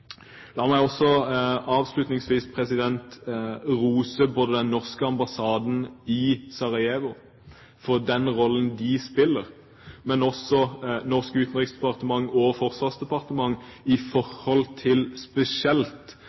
La meg avslutningsvis rose den norske ambassaden i Sarajevo for den rollen de spiller, men også det norske utenriksdepartement og forsvarsdepartement, spesielt når det gjelder reformeringen av sikkerhetsapparatet i